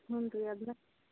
ಹ್ಞೂ ರೀ